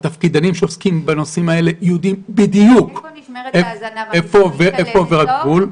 מי שעוסקים בנושאים האלה יודעים בדיוק איפה עובר הגבול.